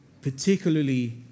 particularly